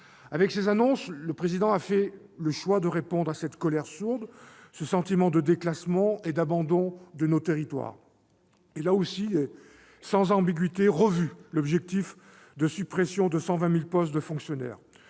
Avec ces annonces, le Président de la République a fait le choix de répondre à cette colère sourde, ce sentiment de déclassement et d'abandon de nos territoires. Il a aussi, et sans ambiguïté, revu l'objectif de suppression de 120 000 postes de fonctionnaires.